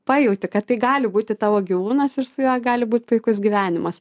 pajauti kad tai gali būti tavo gyvūnas ir su juo gali būt puikus gyvenimas